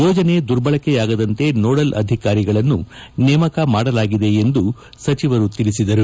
ಯೋಜನೆ ದುರ್ಬಳಕೆಯಾಗದಂತೆ ನೋಡಲ್ ಅಧಿಕಾರಿಗಳನ್ನು ನೇಮಕ ಮಾಡಲಾಗಿದೆ ಎಂದು ಸಚಿವರು ತಿಳಿಸಿದರು